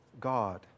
God